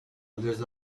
others